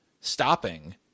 stopping